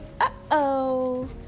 uh-oh